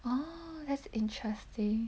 oh that's interesting